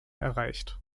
erreicht